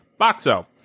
Boxo